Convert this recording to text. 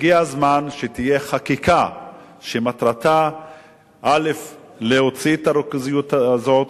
הגיע הזמן שתהיה חקיקה שמטרתה להוציא את הריכוזיות הזאת